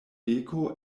beko